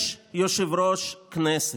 יש יושב-ראש כנסת,